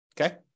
Okay